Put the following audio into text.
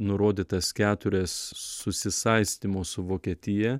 nurodytas keturias susisaistymo su vokietija